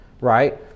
right